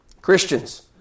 Christians